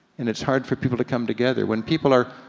and it's hard for people to come together when people are,